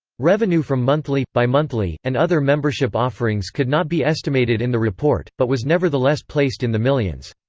revenue from monthly, bi-monthly, and other membership offerings could not be estimated in the report, but was nevertheless placed in the millions.